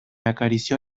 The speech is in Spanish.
acarició